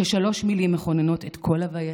ושלוש מילים מכוננות את כל הווייתי: